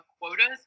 quotas